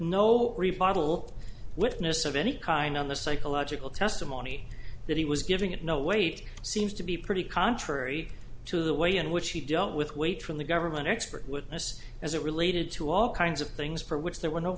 no rebuttal witness of any kind on the psychological testimony that he was giving it no weight seems to be pretty contrary to the way in which he dealt with weight from the government expert witness as it related to all kinds of things for which there were no